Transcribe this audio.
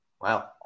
Wow